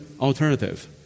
alternative